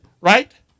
right